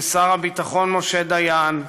עם שר הביטחון משה דיין,